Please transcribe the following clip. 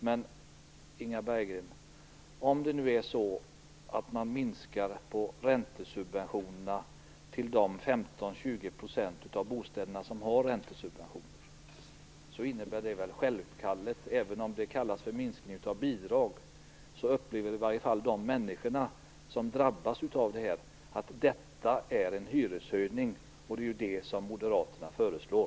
Men, Inga Berggren, om man nu minskar räntesubventionerna till de 15-20 % av bostäderna som har räntesubventioner innebär det självfallet, även om det kallas för minskning av bidrag, att de människor som drabbas upplever det som en hyreshöjning. Och det är ju det som Moderaterna föreslår.